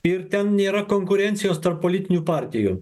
ir ten nėra konkurencijos tarp politinių partijų